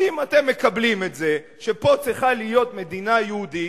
אז אם אתם מקבלים את זה שפה צריכה להיות מדינה יהודית,